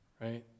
Right